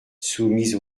soumise